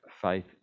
faith